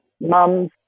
mums